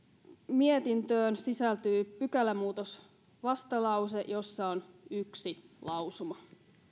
mietintöön sisältyy pykälämuutosvastalause jossa on yksi lausuma